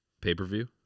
pay-per-view